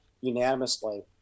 unanimously